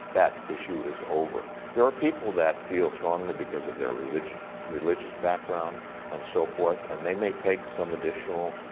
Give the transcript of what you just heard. that issue is over. there are people that feel strongly because of their religious religious background and so forth, and they make take some additional